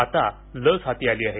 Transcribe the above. आता लस हाती आली आहे